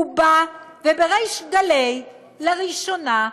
הוא בא ובריש גלי, לראשונה,